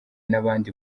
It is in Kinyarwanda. n’abandi